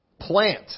plant